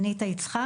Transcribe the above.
שמי אניטה יצחק.